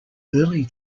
early